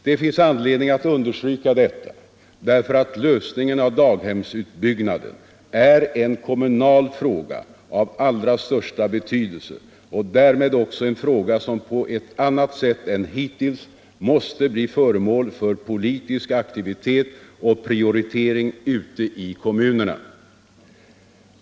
Det finns anledning att understryka detta, därför att lösningen av daghemsutbyggnaden är en kommunal fråga av allra största betydelse och därmed också en fråga som på ett annat sätt än hittills måste bli föremål för politisk aktivitet och prioritering ute i kommunerna.